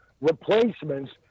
replacements